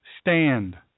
stand